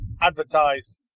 advertised